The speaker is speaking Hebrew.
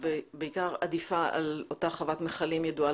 בעיקר עדיפה על אותה חוות מכלים ידועה